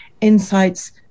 insights